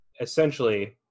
essentially